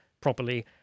properly